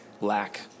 lack